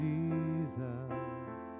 Jesus